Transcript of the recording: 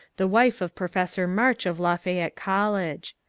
the wife of professor march of lafayette college.